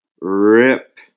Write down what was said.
RIP